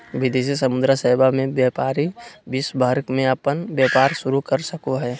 विदेशी मुद्रा सेवा मे व्यपारी विश्व भर मे अपन व्यपार शुरू कर सको हय